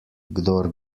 kdor